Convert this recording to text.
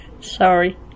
sorry